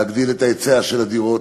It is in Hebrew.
להגדיל את היצע הדירות,